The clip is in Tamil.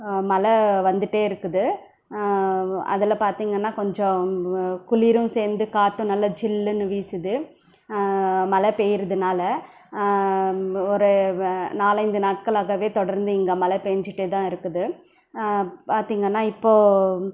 மழை வந்துகிட்டே இருக்குது அதில் பார்த்திங்கன்னா கொஞ்சம் குளிரும் சேர்ந்து காற்றும் நல்ல சில்லுனு வீசுது மழை பெய்யறதினால ஒரு நாலைந்து நாட்களாகவே தொடர்ந்து இங்கே மழை பேஞ்சுட்டே தான் இருக்குது பார்த்திங்கன்னா இப்போது